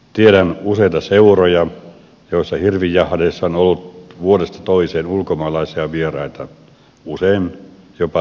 tiedän useita seuroja joissa hirvijahdeissa on ollut vuodesta toiseen ulkomaalaisia vieraita usein jopa samat henkilöt